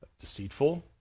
deceitful